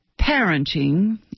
parenting